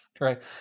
right